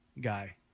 Guy